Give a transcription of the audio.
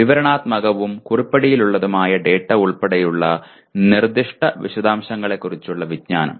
വിവരണാത്മകവും കുറിപ്പടിയിലുള്ളതുമായ ഡാറ്റ ഉൾപ്പെടെയുള്ള നിർദ്ദിഷ്ട വിശദാംശങ്ങളെക്കുറിച്ചുള്ള വിജ്ഞാനം